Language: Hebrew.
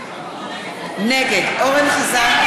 נגד אורן חזן,